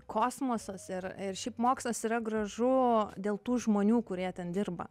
kosmosas ir ir šiaip mokslas yra gražu dėl tų žmonių kurie ten dirba